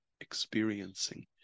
experiencing